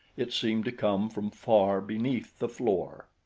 it seemed to come from far beneath the floor.